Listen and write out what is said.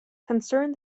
concern